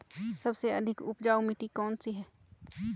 सबसे अधिक उपजाऊ मिट्टी कौन सी है?